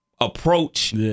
approach